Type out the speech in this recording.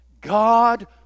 God